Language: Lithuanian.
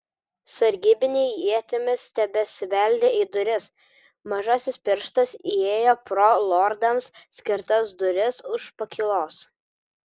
sargybiniai ietimis tebesibeldė į duris mažasis pirštas įėjo pro lordams skirtas duris už pakylos